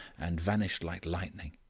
and vanished like lightning.